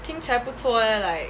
听起来不错 leh like